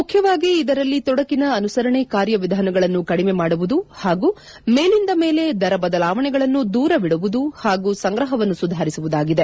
ಮುಖ್ಯವಾಗಿ ಇದರಲ್ಲಿ ತೊಡಕಿನ ಅನುಸರಣೆ ಕಾರ್ಯ ವಿಧಾನಗಳನ್ನು ಕಡಿಮೆ ಮಾಡುವುದು ಹಾಗೂ ಮೇಲಿಂದ ಮೇಲೆ ದರ ಬದಲಾವಣೆಗಳನ್ನು ದೂರವಿಡುವುದು ಹಾಗೂ ಸಂಗ್ರಹವನ್ನು ಸುಧಾರಿಸುವುದಾಗಿದೆ